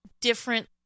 different